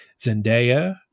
Zendaya